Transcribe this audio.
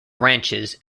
ranches